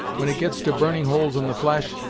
when it gets to burning holes in the flesh,